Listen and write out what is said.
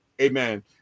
Amen